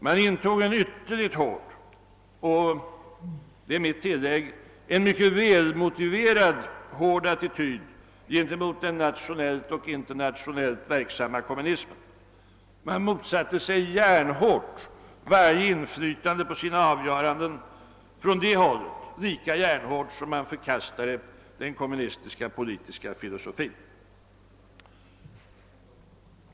Man intog en ytterligt hård och — det är mitt tillägg — en välmotiverat hård attityd gentemot den nationellt och internationellt verksamma kommunismen. Man motsatte sig järnhårt varje inflytande på sina avgöranden från det hållet, lika järnhårt som man förkastade den kommunistiska politiska filosofin.